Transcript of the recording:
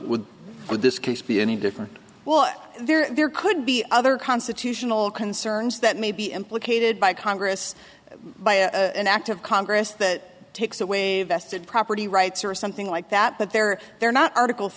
with this case be any different well there could be other constitutional concerns that may be implicated by congress by an act of congress that takes away vested property rights or something like that but they're they're not article